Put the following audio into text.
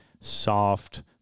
soft